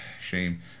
shame